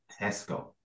Tesco